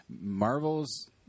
Marvel's